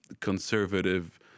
conservative